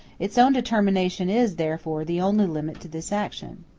its own determination is, therefore, the only limit to this action.